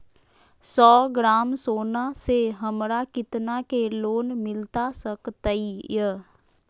सौ ग्राम सोना से हमरा कितना के लोन मिलता सकतैय?